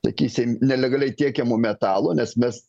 sakysim nelegaliai tiekiamu metalo nes mes